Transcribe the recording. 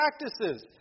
practices